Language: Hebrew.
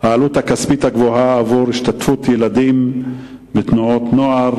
העלות הכספית הגבוהה של השתתפות ילדים בתנועות נוער,